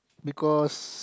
because